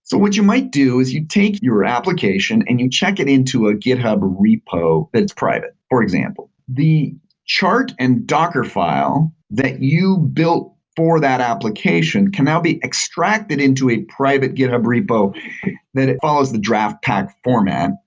so what you might do is you'd take your application and you check it into a github repo that is private, for example. the chart and docker file that you build for that application can now be extracted into a private github repo that it follows the draft pack format,